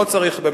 לא צריך פה